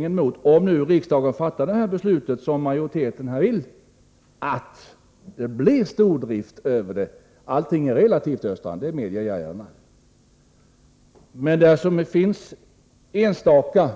Men om riksdagen fattar det beslut som majoriteten vill pekar utvecklingen mot att det blir stordrift. Allting är relativt, Olle Östrand, det medger jag. Men de enstaka